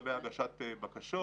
לגבי הגשת בקשות.